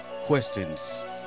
questions